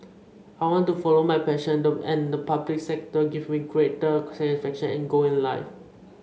I want to follow my and the public sector gives me greater satisfaction and goal in life